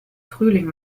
frühling